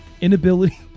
inability